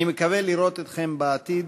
אני מקווה לראות אתכם בעתיד